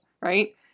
right